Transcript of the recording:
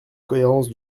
cohérence